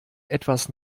etwas